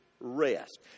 rest